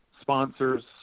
sponsors